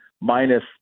minus